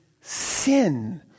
sin